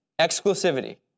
exclusivity